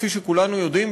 כפי שכולנו יודעים,